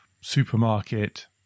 supermarket